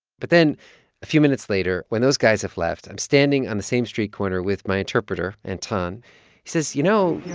but then a few minutes later, when those guys have left, i'm standing on the same street corner with my interpreter, anton. he says, you know.